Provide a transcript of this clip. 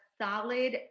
solid